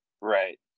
Right